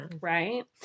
Right